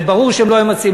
זה ברור שהם לא היו מציעים.